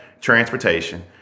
transportation